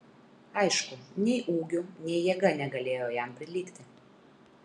aišku nei ūgiu nei jėga negalėjo jam prilygti